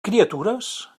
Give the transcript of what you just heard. criatures